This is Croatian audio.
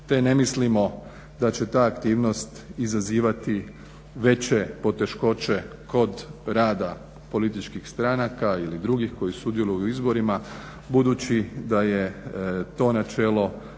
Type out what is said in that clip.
te ne mislimo da će ta aktivnost izazivati veće poteškoće kod rada političkih stranaka ili drugih koji sudjeluju u izborima budući da je to načelo izuzetno